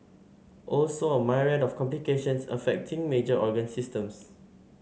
also a myriad of complications affecting major organ systems